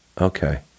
Okay